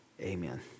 Amen